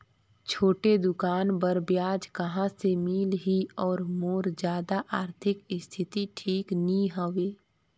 छोटे दुकान बर ब्याज कहा से मिल ही और मोर जादा आरथिक स्थिति ठीक नी हवे?